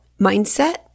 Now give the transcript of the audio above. mindset